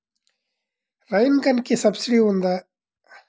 Rain గన్కి subsidy ఉందా?